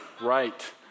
Right